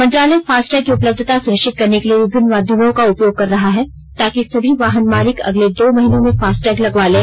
मंत्रालय फास्टैग की उपलब्धता सुनिश्चित करने के लिए विभिन्न माध्यमों का उपयोग कर रहा है ताकि सभी वाहन मालिक अगले दो महीनों में फास्टैग लगवा लें